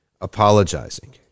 apologizing